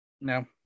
No